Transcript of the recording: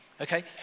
Okay